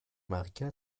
maria